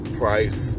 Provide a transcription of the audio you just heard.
price